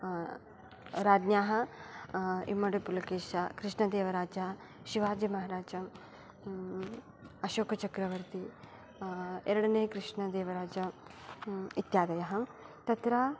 राज्ञा इम्मडि पुलिकेष कृष्णदेवराज शिवाजि महाराज अशोकचक्रवर्ति एरडने कृष्णदेवराज इत्यादय तत्र